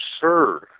serve